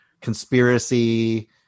conspiracy